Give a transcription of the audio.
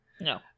No